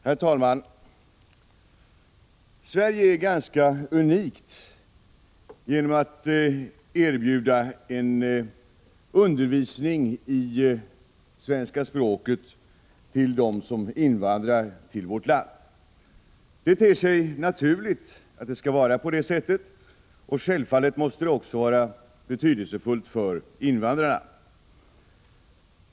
Herr talman! Sverige är ganska unikt genom att erbjuda en undervisning i svenska språket för dem som invandrat till vårt land. Det ter sig naturligt att det skall vara på det sättet. Självfallet måste detta också vara betydelsefullt för invandrarna.